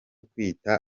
kwitwa